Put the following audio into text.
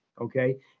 Okay